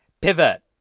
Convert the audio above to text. pivot